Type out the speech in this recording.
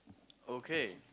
okay